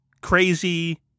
crazy